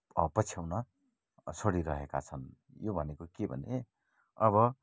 पछ्याउन छोडिरहेका छन् यो भनेको के भने अब